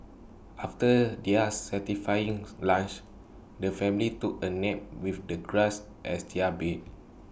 after their satisfying lunch the family took A nap with the grass as their bed